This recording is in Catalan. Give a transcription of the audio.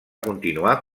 continuar